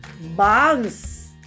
bounce